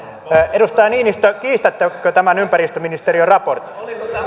edustaja niinistö kiistättekö tämän ympäristöministeriön raportin